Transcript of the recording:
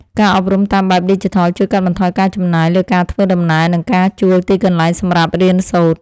ការអប់រំតាមបែបឌីជីថលជួយកាត់បន្ថយការចំណាយលើការធ្វើដំណើរ និងការជួលទីកន្លែងសម្រាប់រៀនសូត្រ។